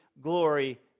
glory